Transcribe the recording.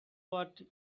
what